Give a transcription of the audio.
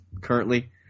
currently